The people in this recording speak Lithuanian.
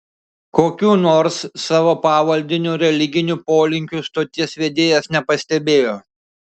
kokių nors savo pavaldinio religinių polinkių stoties vedėjas nepastebėjo